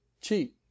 cheat